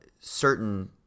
certain